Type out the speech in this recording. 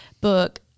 book